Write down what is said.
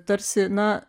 tarsi na